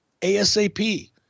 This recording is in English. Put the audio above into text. ASAP